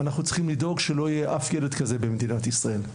אנחנו צריכים לדאוג שלא יהיה אף ילד כזה במדינת ישראל.